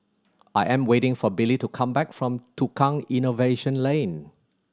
I am waiting for Billy to come back from Tukang Innovation Lane